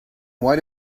why